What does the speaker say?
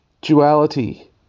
duality